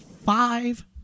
five